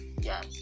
Yes